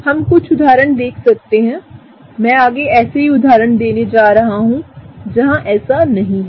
हम कुछ उदाहरण देख सकते हैंआगे मैं एक उदाहरण देने जा रहा हूं जहांऐसानहीं है